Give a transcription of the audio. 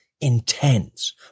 intense